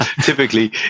Typically